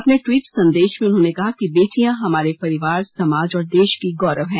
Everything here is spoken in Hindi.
अपने ट्वीट संदेश में उन्होंने कहा कि बेटियां हमारे परिवार समाज और देश का गौरव हैं